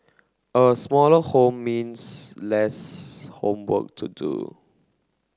a smaller home means less homework to do